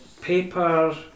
paper